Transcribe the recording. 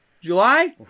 July